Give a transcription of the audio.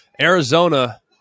Arizona